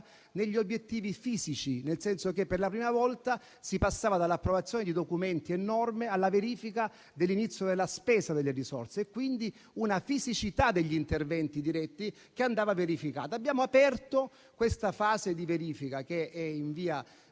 sugli obiettivi fisici, nel senso che per la prima volta si passava dall'approvazione di documenti e norme alla verifica dell'inizio della spesa delle risorse. Vi era quindi una fisicità degli interventi diretti che andava verificata. Abbiamo aperto questa fase di verifica, che è in via